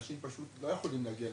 אנשים פשוט לא יכולים להגיע,